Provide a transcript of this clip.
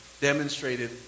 demonstrated